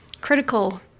critical